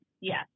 Yes